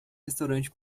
restaurante